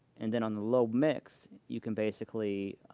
and then on the lobe mix, you can basically